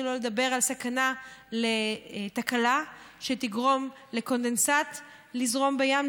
שלא לדבר על סכנה לתקלה שתגרום לקונדנסט לזרום בים,